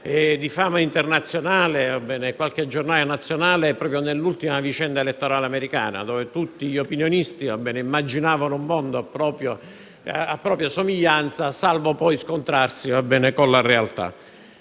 tranvate, come qualche giornale di fama internazionale nell'ultima vicenda elettorale americana, dove tutti gli opinionisti immaginavano un mondo a propria somiglianza, salvo poi scontrarsi con la realtà.